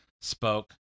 spoke